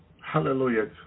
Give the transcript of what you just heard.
Hallelujah